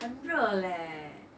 很热 leh